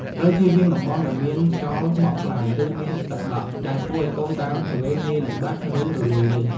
ត្រូវចៀសវាងតំបន់ដែលមានខ្យល់បក់ខ្លាំង ឬមានទឹកដក់ ដែលធ្វើឲ្យកូនដើមទុរេនងាយនឹងបាក់ ឬរលួយឫស។